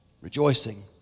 rejoicing